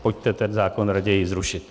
Pojďte ten zákon raději zrušit.